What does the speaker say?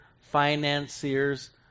financiers